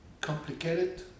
complicated